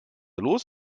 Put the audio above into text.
los